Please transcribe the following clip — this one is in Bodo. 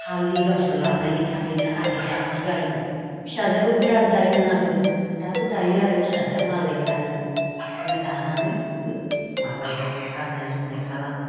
फालि गावसोर लानायनि थाखायनो आदि दासो गारोमोन फिसाजोआबो बिराद दायोमोन आगोलो दाबो दायो आरो फिसाजोआ मालायनि आदिखौनो दानानै बिबो माबायो गाननाय जोमनाय खालामो